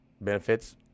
benefits